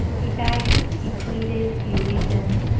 he begged, he pleaded, he reasoned.